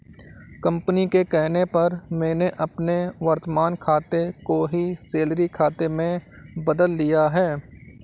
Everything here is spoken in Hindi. कंपनी के कहने पर मैंने अपने वर्तमान खाते को ही सैलरी खाते में बदल लिया है